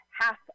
half